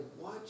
Watch